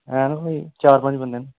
हैन ते कोई चार पंज बंदे न